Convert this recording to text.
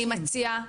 אני מציעה,